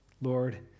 Lord